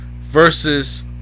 Versus